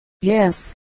yes